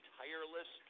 tireless